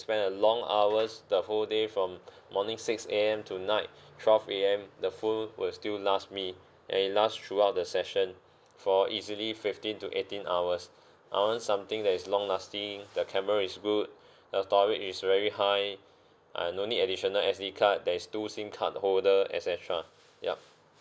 spend a long hours the whole day from morning six A_M to night twelve A_M the phone will still last me and it last throughout the session for easily fifteen to eighteen hours I want something that is long lasting the camera is good the storage is very high and no need additional S_D card there is two SIM card holder et cetera yup